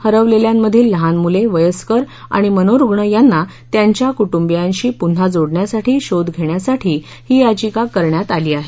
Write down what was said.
हरवलेल्यांमधील लहान मूले वयस्कर आणि मनोरुग्ण यांना त्यांच्या कुटुंबियांशी पुन्हा जोडण्यासाठी शोध घेण्यासाठी ही याचिका करण्यात आली आहे